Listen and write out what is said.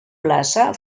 plaça